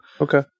okay